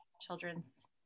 children's